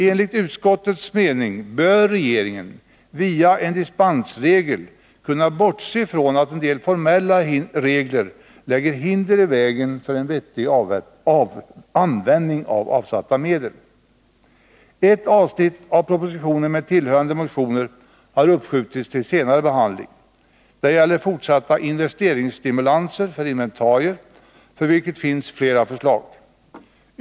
Enligt utskottets mening bör regeringen via en dispensregel kunna bortse från att en del formella regler lägger hinder i vägen för en vettig användning av avsatta medel. Ett avsnitt av propositionen med tillhörande motioner har uppskjutits till senare behandling. Det gäller fortsatta stimulanser till investeringar i inventarier, för vilket finns flera förslag.